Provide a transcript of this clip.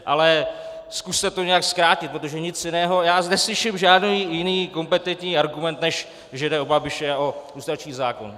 Ale zkuste to nějak zkrátit, protože nic jiného já neslyším žádný jiný kompetentní argument, než že jde o Babiše, o lustrační zákon.